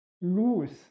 lose